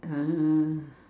ah